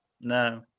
No